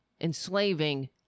enslaving